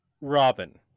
Robin